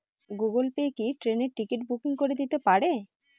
Google Pay কি ট্রেনের ticket booking করে দিতে পারে?